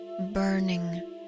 burning